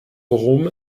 worum